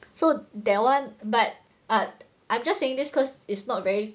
so that one but but I'm just saying this because it's not very